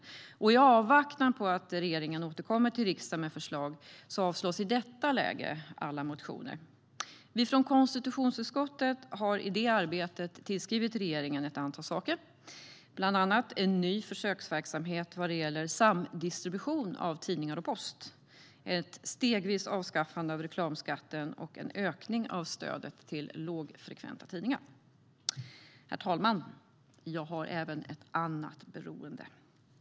I avvaktan på att regeringen återkommer till riksdagen med förslag avstyrks i detta läge alla motioner. Vi i konstitutionsutskottet har i det arbetet tillskrivit regeringen om ett antal saker, bland annat om en ny försöksverksamhet vad gäller samdistribution av tidningar och post, ett stegvist avskaffande av reklamskatten och en ökning av stödet till lågfrekventa tidningar. Herr talman! Jag har även ett annat beroende.